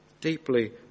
Deeply